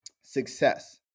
success